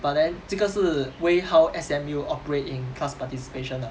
but then 这个是 way how S_M_U operate in class participation ah